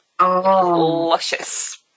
luscious